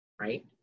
right